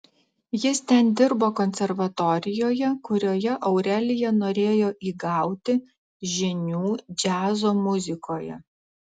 jis ten dirbo konservatorijoje kurioje aurelija norėjo įgauti žinių džiazo muzikoje